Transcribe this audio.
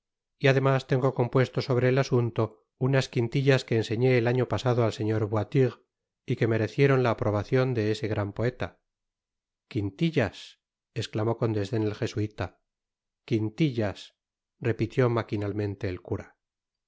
y ademís tengo compuesto sobre ese asunto unas quintillas que enseñé el año pasado al señor voiture y que merecieron la aprobacion de ese gran poeta quintillas esclamó con desden el jesuita quintillas repitió maquinalmente el cura